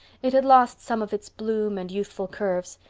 it had lost some of its bloom and youthful curves,